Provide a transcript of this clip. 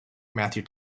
matthew